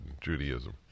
Judaism